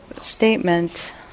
statement